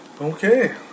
okay